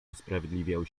usprawiedliwiał